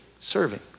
serving